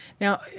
Now